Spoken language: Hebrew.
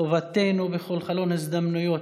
חובתנו בכל חלון הזדמנויות,